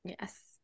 Yes